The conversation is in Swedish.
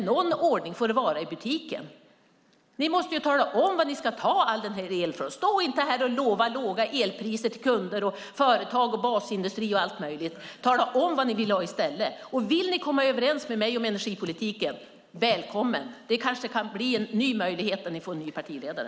Någon ordning får det vara i butiken! Ni måste tala om var ni ska ta all elen från. Stå inte här och lova låga elpriser till kunder, företag, basindustri och allt möjligt! Tala om vad ni vill ha i stället! Vill ni komma överens med mig om energipolitiken - välkomna! Det kanske kan bli en ny möjlighet när ni får en ny partiledare.